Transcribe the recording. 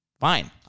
Fine